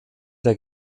der